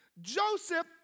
Joseph